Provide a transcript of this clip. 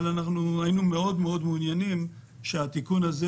אנחנו מעוניינים שהתיקון הזה